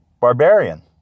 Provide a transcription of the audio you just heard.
Barbarian